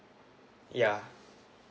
yeah